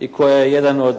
i koja je jedan od